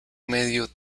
medio